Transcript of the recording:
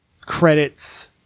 credits